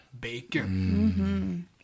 Bacon